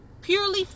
purely